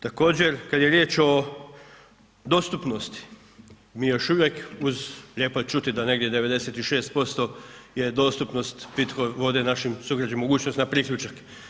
Također, kad je riječ o dostupnosti, mi još uvijek uz, lijepo je čuti da negdje 96% je dostupnost pitkoj vodi našim sugrađanima, mogućnost na priključak.